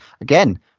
again